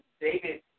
David